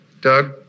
Doug